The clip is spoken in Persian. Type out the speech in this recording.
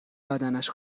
بدنش